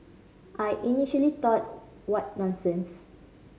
I initially thought what nonsense